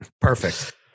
Perfect